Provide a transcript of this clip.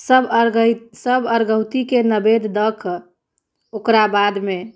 सभ अर्घ्य सभ अर्घ्यौतीके नैवेद्य दऽ कऽ ओकरा बादमे